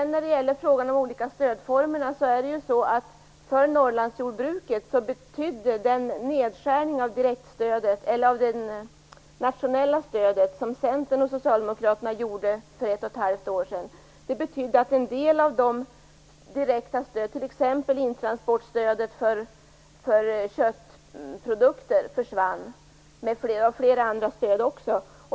När det gäller frågan om de olika stödformerna betydde den nedskärning av det nationella stödet som Centern och Socialdemokraterna gjorde för ett och ett halvt år sedan att en del av de direkta stöden för Norrlandsjordbruket, t.ex. transportstödet för köttprodukter, försvann, och också flera andra stöd.